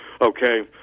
okay